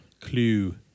clue